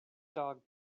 dog